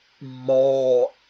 more